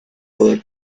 bullet